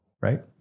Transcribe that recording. right